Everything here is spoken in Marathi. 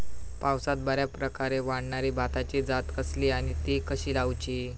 पावसात बऱ्याप्रकारे वाढणारी भाताची जात कसली आणि ती कशी लाऊची?